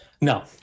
No